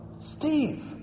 Steve